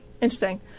Interesting